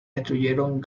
destruyeron